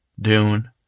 Dune